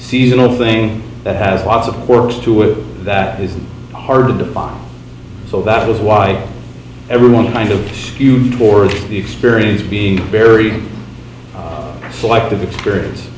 seasonal thing that has lots of course to with that is hard to define so that is why everyone kind of skewed toward the experience be very selective experience